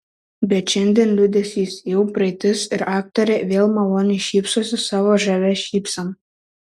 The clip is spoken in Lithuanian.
bet šiandien liūdesys jau praeitis ir aktorė vėl maloniai šypsosi savo žavia šypsena